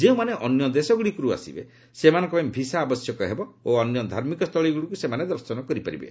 ଯେଉଁମାନେ ଅନ୍ୟ ଦେଶଗୁଡ଼ିକରୁ ଆସିବେ ସେମାନଙ୍କ ପାଇଁ ଭିସା ଆବଶ୍ୟକ ହେବ ଓ ଅନ୍ୟ ଧାର୍ମିକସ୍ଥଳୀଗୁଡ଼ିକୁ ସେମାନେ ଦର୍ଶନ କରିପାରିବେ